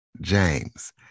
James